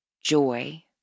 joy